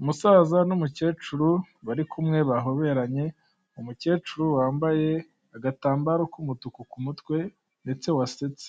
Umusaza n'umukecuru bari kumwe bahoberanye. Umukecuru wambaye agatambaro k'umutuku ku mutwe ndetse wasetse,